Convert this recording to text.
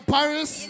Paris